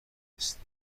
رسیده